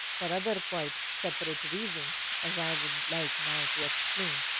but other quite separate reasons, as i would like now to explain.